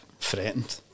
threatened